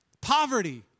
poverty